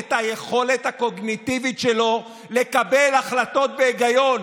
את היכולת הקוגניטיבית שלו לקבל החלטות בהיגיון,